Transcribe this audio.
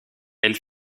elle